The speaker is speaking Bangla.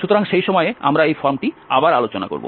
সুতরাং সেই সময়ে আমরা এই ফর্মটি আবার আলোচনা করব